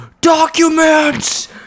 documents